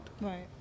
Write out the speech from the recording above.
right